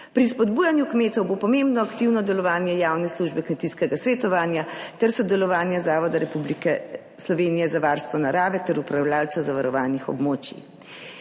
Pri spodbujanju kmetov bo pomembno aktivno delovanje javne službe kmetijskega svetovanja ter sodelovanja Zavoda Republike Slovenije za varstvo narave ter upravljavca zavarovanih območij.